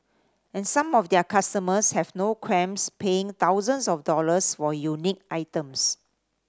and some of their customers have no qualms paying thousands of dollars for unique items